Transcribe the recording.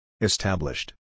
Established